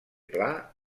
pla